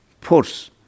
force